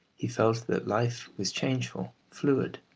he felt that life was changeful, fluid,